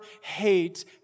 hate